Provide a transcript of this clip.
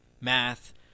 Math